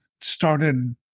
started